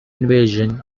invasion